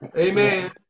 Amen